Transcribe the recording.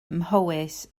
mhowys